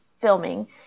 filming